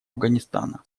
афганистана